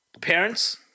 Parents